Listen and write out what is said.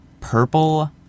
Purple